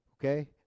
okay